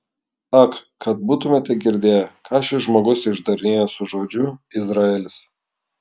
ak kad būtumėte girdėję ką šis žmogus išdarinėja su žodžiu izraelis